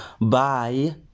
Bye